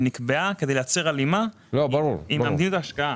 היא נקבעה כדי לייצר הלימה עם מדיניות ההשקעה.